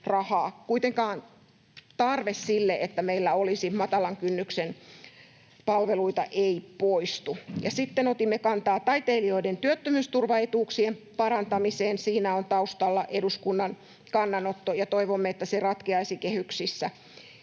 Kuitenkaan tarve sille, että meillä olisi matalan kynnyksen palveluita, ei poistu. Sitten otimme kantaa taiteilijoiden työttömyysturvaetuuksien parantamiseen. Siinä on taustalla eduskunnan kannanotto, ja toivomme, että se ratkeaisi kehyksissä.